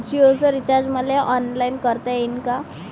जीओच रिचार्ज मले ऑनलाईन करता येईन का?